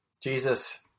Jesus